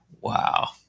Wow